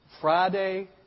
Friday